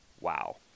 Wow